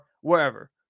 wherever